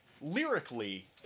lyrically